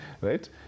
right